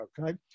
okay